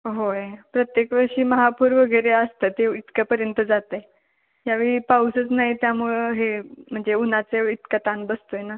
होय प्रत्येक वर्षी महापूर वगैरे असतो तेव्हा इतक्यापर्यंत जात आहे यावेळी पाऊसच नाही त्यामुळे हे म्हणजे उन्हाच्यावेळी इतका ताण बसतो आहे ना